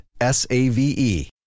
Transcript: S-A-V-E